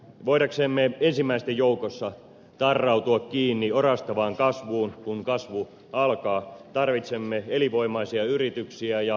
voidaksemme ensimmäisten joukossa tarrautua kiinni orastavaan kasvuun kun kasvu alkaa tarvitsemme elinvoimaisia yrityksiä ja työkykyisiä ihmisiä